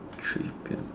three can